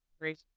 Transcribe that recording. Great